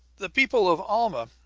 the people of alma,